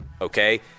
okay